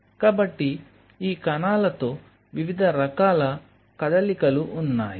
కాబట్టి ఈ కణాలతో వివిధ రకాల కదలికలు ఉన్నాయి